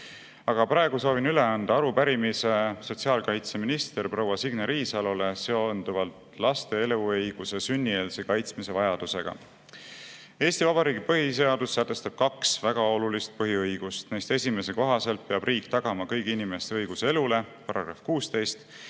Praegu soovin üle anda arupärimise sotsiaalkaitseministrile proua Signe Riisalole laste eluõiguse sünnieelse kaitsmise vajaduse kohta. Eesti Vabariigi põhiseadus sätestab kaks väga olulist põhiõigust. Neist esimese kohaselt peab riik tagama kõigi inimeste õiguse elule –§ 16.